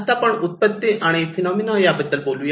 आता आपण उत्पत्ती आणि फिनोमना याबद्दल बोलू या